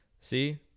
See